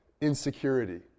insecurity